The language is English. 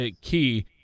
key